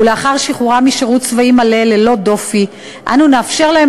ולאחר שחרורם משירות צבאי מלא וללא דופי אנו נאפשר להם